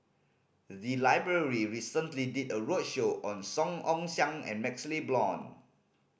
the library recently did a roadshow on Song Ong Siang and MaxLe Blond